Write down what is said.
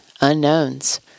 unknowns